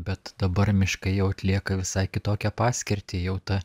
bet dabar miškai jau atlieka visai kitokią paskirtį jau ta